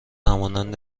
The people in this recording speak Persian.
همانند